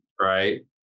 Right